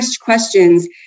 questions